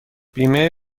بیمه